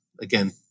Again